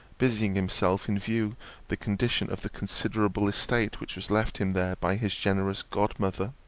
busying himself in viewing the condition of the considerable estate which was left him there by his generous godmother,